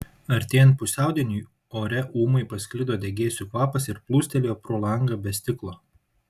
artėjant pusiaudieniui ore ūmai pasklido degėsių kvapas ir plūstelėjo pro langą be stiklo